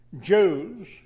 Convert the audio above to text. Jews